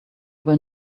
will